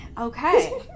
Okay